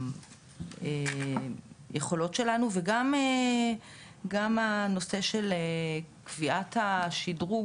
היכולות שלנו וגם הנושא של קביעת השדרוג,